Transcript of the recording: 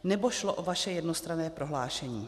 Nebo šlo o vaše jednostranné prohlášení?